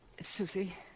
Susie